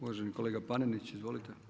Uvaženi kolega Panenić, izvolite.